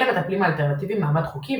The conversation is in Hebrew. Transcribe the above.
אין למרפאים האלטרנטיביים מעמד חוקי,